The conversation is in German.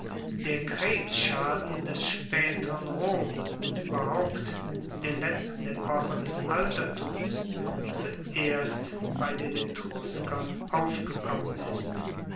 der krebsschaden des spaeteren rom und ueberhaupt der letzten epoche des altertums zuerst bei den etruskern aufgekommen ist